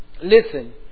Listen